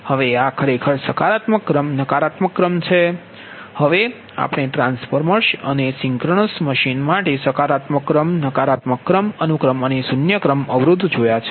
હવે આ ખરેખર સકારાત્મક ક્રમ નકારાત્મક ક્રમ છે હવે આપણે ટ્રાન્સફોર્મર અને સિંક્રનસ મશીન માટે સકારાત્મક ક્રમ નકારાત્મક અનુક્રમ અને શૂન્ય ક્રમ અવરોધ જોયા છે